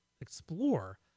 explore